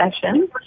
session